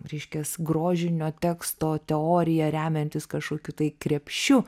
reiškias grožinio teksto teorija remiantis kažkokiu tai krepšiu